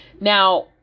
now